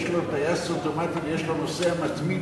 יש לו טייס אוטומטי ויש לו נוסע מתמיד,